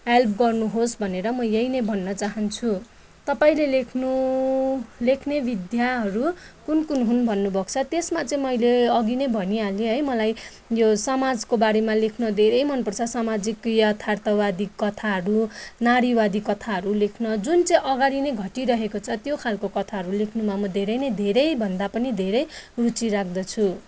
help गर्नुहोस् भनेर म यही नै भन्न चाहन्छु तपाईँले लेख्नु लेख्ने विद्याहरू कुन कुन हुन् भन्नुभएको छ त्यसमा चाहिँ मैले अघि नै भनिहालेँ है मलाई यो समाजको बारेमा लेख्न धेरै मनपर्छ समाजिक क्रिया यथार्थवादी कथाहरू नारीवादी कथाहरू लेख्न जुन चाहिँ अगाडि नै घटिरहेको छ त्यो खालको कथाहरू लेख्नुमा म धेरै नै धेरैभन्दा पनि धेरै रुचि राख्दछु